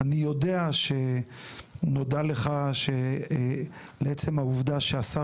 אני יודע שנודע לך שמעצם העובדה שהשר